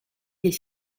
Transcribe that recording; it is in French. des